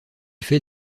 fait